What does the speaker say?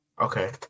Okay